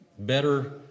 better